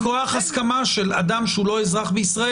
מכוח הסכמה של אדם שהוא לא אזרח בישראל,